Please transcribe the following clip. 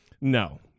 No